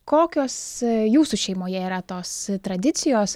kokios jūsų šeimoje yra tos tradicijos